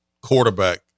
quarterback